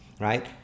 right